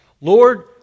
Lord